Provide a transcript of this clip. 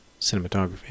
cinematography